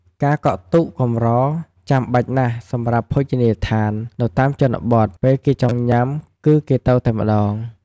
ការកក់ទុកកម្រចាំបាច់ណាស់សម្រាប់ភោជនីយដ្ឋាននៅតាមជនបទ ពេលគេចង់ញាំគឺគេទៅតែម្តង។